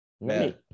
man